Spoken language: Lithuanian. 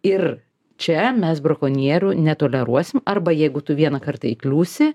ir čia mes brakonierių netoleruosim arba jeigu tu vieną kartą įkliūsi